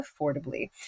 affordably